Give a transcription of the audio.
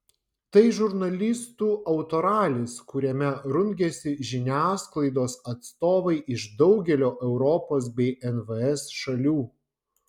tai žurnalistų autoralis kuriame rungiasi žiniasklaidos atstovai iš daugelio europos bei nvs šalių